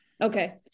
Okay